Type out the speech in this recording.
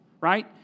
right